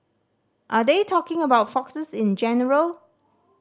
are they talking about foxes in general